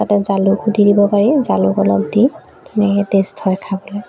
তাতে জালুক গুটি দিব পাৰি জালুক অলপ দি ধুনীয়াকে টেষ্ট হয় খাবলৈ